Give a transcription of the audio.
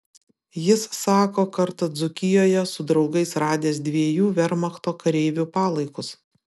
jis sako kartą dzūkijoje su draugais radęs dviejų vermachto kareivių palaikus